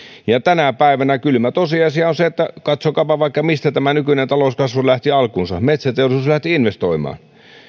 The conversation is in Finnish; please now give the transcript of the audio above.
tänä päivänä kylmä tosiasia on katsokaapa vaikka mistä tämä nykyinen talouskasvu sai alkunsa metsäteollisuus lähti investoimaan